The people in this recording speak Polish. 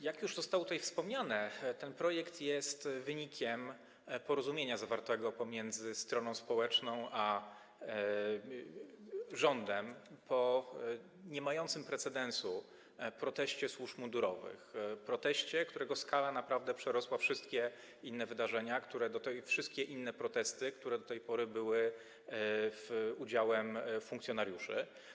Jak już zostało tutaj wspomniane, ten projekt jest wynikiem porozumienia zawartego pomiędzy stroną społeczną a rządem po niemającym precedensu proteście służb mundurowych, proteście, którego skala naprawdę przerosła wszystkie inne wydarzenia, wszystkie inne protesty, które do tej pory były udziałem funkcjonariuszy.